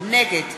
נגד